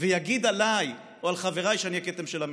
ויגיד עליי או על חבריי שאני הכתם של המדינה.